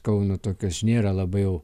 kauno tokios nėra labai jau